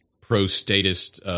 pro-statist